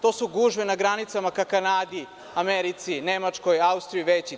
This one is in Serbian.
To su gužve na granicama ka Kanadi, Americi, Nemačkoj, Austriji veće.